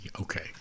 Okay